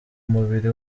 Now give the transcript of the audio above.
mubiri